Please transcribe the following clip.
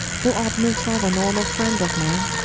thou art no father, nor no friend of mine